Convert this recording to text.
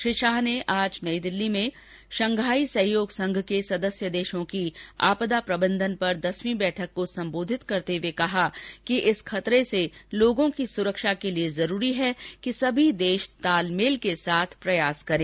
श्री शाह ने आज नई दिल्ली में शंघाई सहयोग संघ के सदस्य देशों की आपदा प्रबंधन पर दसवीं बैठक को संबोधित करते हुए कहा कि इस खतरे से लोगों की सुरक्षा के लिए जरूरी है कि सभी देश मिलकर तालमेल के साथ प्रयास करें